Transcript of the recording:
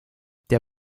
der